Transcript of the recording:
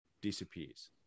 disappears